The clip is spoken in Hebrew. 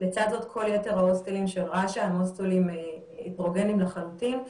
לצד זאת כל יתר ההוסטלים של רש"א הם הוסטלים הטרוגניים לחלוטין,